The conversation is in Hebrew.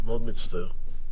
מאוד מצטער.